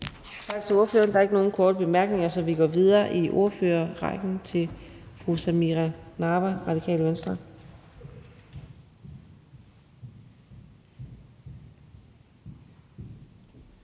Tak til ordføreren. Der er ikke nogen korte bemærkninger, så vi går videre i ordførerrækken. Jeg skal høre, om ordføreren